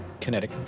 Kinetic